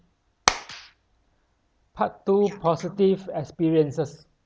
part two positive experiences